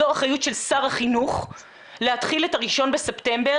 זו אחריות של שר החינוך להתחיל את ה-1 בספטמבר,